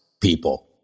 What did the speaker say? people